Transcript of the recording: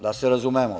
Da se razumemo.